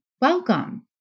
Welcome